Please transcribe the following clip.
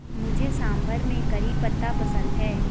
मुझे सांभर में करी पत्ता पसंद है